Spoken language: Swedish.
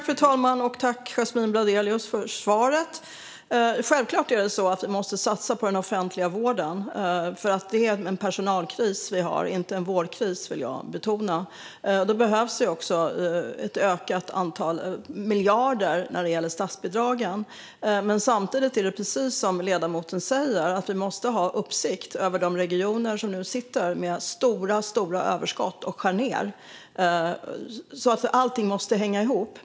Fru talman! Tack, Yasmine Bladelius, för svaret! Vi måste självklart satsa på den offentliga vården. Jag vill betona att det är en personalkris vi har, inte en vårdkris. Då behövs ett ökat antal miljarder i statsbidrag. Samtidigt måste vi precis som ledamoten säger ha uppsikt över de regioner som nu sitter med stora överskott men skär ned. Allting måste hänga ihop.